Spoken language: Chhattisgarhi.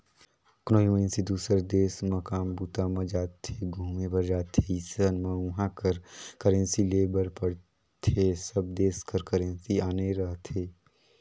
कोनो भी मइनसे दुसर देस म काम बूता म जाथे, घुमे बर जाथे अइसन म उहाँ कर करेंसी लेय बर पड़थे सब देस कर करेंसी आने रहिथे